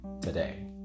today